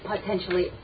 potentially